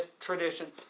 tradition